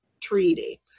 Treaty